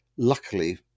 Luckily